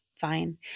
fine